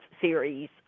series